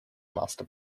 master